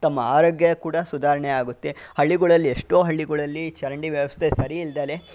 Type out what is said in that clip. ತಮ್ಮ ಆರೋಗ್ಯ ಕೂಡ ಸುಧಾರಣೆ ಆಗುತ್ತೆ ಹಳ್ಳಿಗಳಲ್ಲಿ ಎಷ್ಟೋ ಹಳ್ಳಿಗಳಲ್ಲಿ ಚರಂಡಿ ವ್ಯವಸ್ಥೆ ಸರಿ ಇಲ್ದೆಲೆ